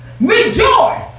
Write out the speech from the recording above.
rejoice